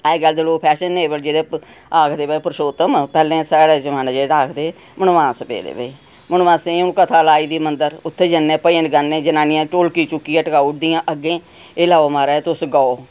अज्जकल दे लोक फैशनवेल जेह्ड़े आखदे भई परशोत्तम पैह्लें साढ़े जमाने च आखदे हे मनमास पेदे भई मनमासें च हून कथा लाई दी मंदर उत्थे जन्ने भजन गाने कन्नै जनानियां ढोलकी चुक्कियै टकाई उड़दियां अग्गें एह् लैओ महाराज तुस गाओ